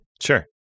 sure